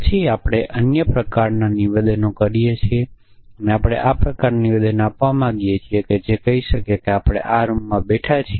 પછી આપણે અન્ય પ્રકારના નિવેદનો કરીએ છીએ તેથી આપણે આ પ્રકારનું નિવેદન આપવા માંગીએ છીએ જે કહી શકાય કે આપણે આ રૂમમાં બેઠા છીએ